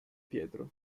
pietro